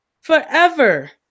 forever